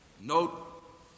note